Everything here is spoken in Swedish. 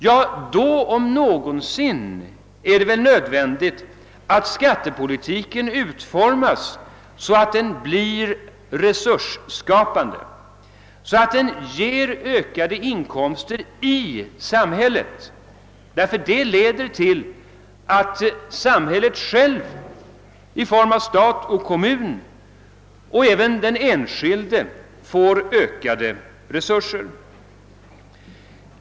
Jo, då om någonsin är det nödvändigt att skattepolitiken utformas så att den blir resursskapande och ger ökade inkomster i samhället, ty det leder till att samhället självt och även den enskilde får ökade resurser.